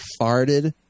farted